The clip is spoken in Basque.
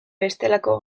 bestelako